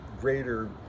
greater